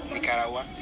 Nicaragua